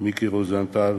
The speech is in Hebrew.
מיקי רוזנטל,